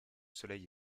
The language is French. soleil